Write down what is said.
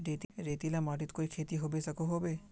रेतीला माटित कोई खेती होबे सकोहो होबे?